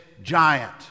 giant